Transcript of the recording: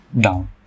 down